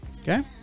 okay